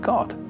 God